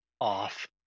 off